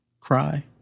cry